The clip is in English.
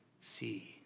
see